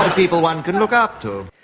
ah people one can look up to.